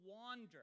wander